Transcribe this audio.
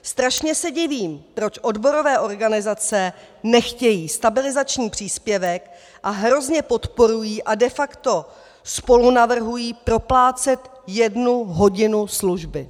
Strašně se divím, proč odborové organizace nechtějí stabilizační příspěvek a hrozně podporují a de facto spolunavrhují proplácet jednu hodinu služby.